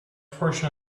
portion